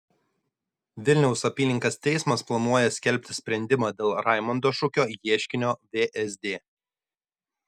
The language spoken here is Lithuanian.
vilniaus apylinkės teismas planuoja skelbti sprendimą dėl raimondo šukio ieškinio vsd